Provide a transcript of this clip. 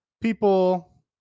People